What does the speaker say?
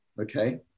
okay